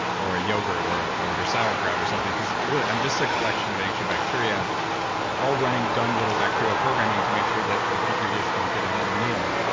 or a yogurt or or your sauerkraut or something, because, really, i'm just a collection of ancient bacteria all running dumb, little bacterial programming to make sure that the petri dish can get another meal.